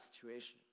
situation